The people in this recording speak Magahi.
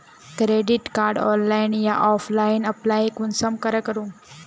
क्रेडिट कार्डेर ऑनलाइन या ऑफलाइन अप्लाई कुंसम करे करूम?